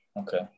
Okay